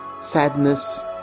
Sadness